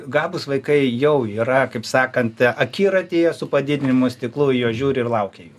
galbūs vaikai jau yra kaip sakant akiratyje su padidinimo stiklu į juos žiūri ir laukia jų